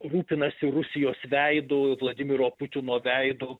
rūpinasi rusijos veidu vladimiro putino veidu